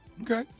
Okay